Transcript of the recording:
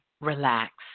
relax